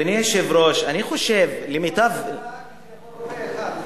הצבעה, כי זה יעבור פה אחד.